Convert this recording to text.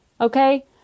Okay